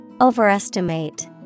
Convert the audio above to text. Overestimate